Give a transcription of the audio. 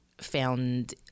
found